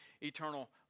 eternal